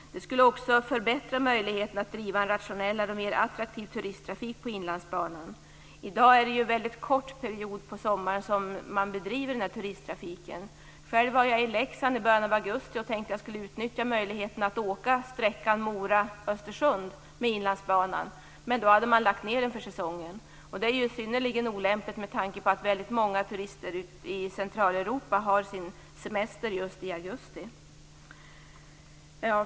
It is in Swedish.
Det skulle också förbättra möjligheten att driva en rationellare och mer attraktiv turisttrafik på Inlandsbanan. I dag är det en mycket kort period på sommaren som man bedriver den här turisttrafiken. Själv var jag i Leksand i början av augusti och tänkte att jag skulle utnyttja möjligheten att åka sträckan Mora-Östersund med Inlandsbanan. Men då hade man lagt ned verksamheten för säsongen. Det är ju synnerligen olämpligt med tanke på att väldigt många människor i Centraleuropa har sin semester just i augusti.